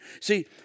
See